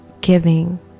giving